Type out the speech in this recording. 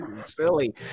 Silly